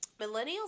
millennials